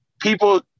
people